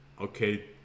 Okay